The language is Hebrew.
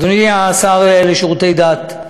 אדוני השר לשירותי דת,